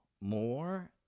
more